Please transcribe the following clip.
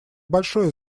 большое